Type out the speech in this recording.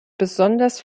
besonders